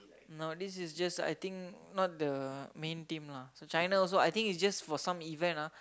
no this is just I think not the main team lah so China also I think is just for some event ah